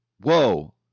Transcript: whoa